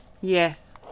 Yes